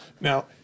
Now